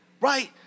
right